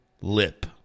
Lip